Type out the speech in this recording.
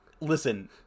Listen